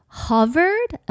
hovered